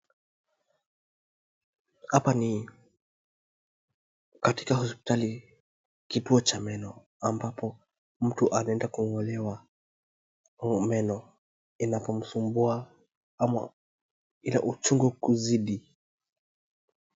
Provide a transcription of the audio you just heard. Hapa ni katika hospitali, kituo cha meno ambapo mtu anaeda kung'olewa meno inapomsubua ama ina uchungu kuzidi.